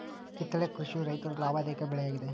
ಕಿತ್ತಳೆ ಕೃಷಿಯ ರೈತರು ಲಾಭದಾಯಕ ಬೆಳೆ ಯಾಗಿದೆ